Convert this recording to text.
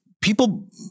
People